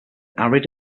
arid